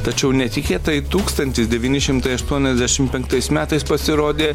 tačiau netikėtai tūkstantis devyni šimtai aštuoniasdešim penktais metais pasirodė